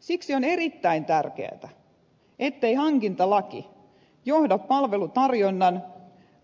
siksi on erittäin tärkeätä ettei hankintalaki johda palvelutarjonnan